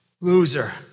loser